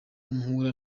mpura